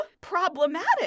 problematic